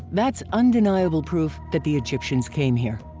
that's undeniable proof that the egyptians came here.